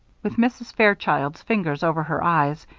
with mrs. fairchild's fingers over her eyes,